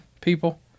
people